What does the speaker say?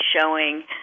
showing